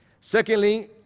Secondly